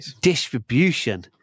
distribution